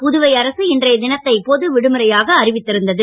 புதுவை அரசு இன்றைய னத்தை பொது விடுமுறையாக அறிவித் ருந்தது